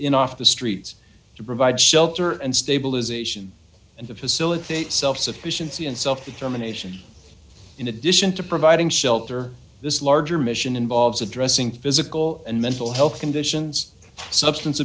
in off the streets to provide shelter and stabilization and to facilitate self sufficiency and self determination in addition to providing shelter this larger mission involves addressing physical and mental health conditions substance